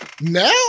now